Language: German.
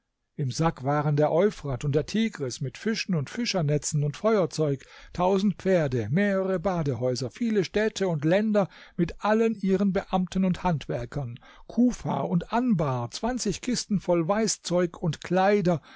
im sack waren der euphrat und der tigris mit fischen und fischernetzen und feuerzeug tausend pferde mehrere badehäuser viele städte und länder mit allen ihren beamten und handwerkern kufa und anbar zwanzig kisten voll weißzeug und kleider